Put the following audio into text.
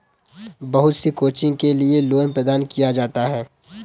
बहुत सी कोचिंग के लिये लोन प्रदान किया जाता है